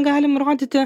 galim rodyti